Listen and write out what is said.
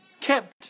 kept